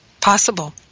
possible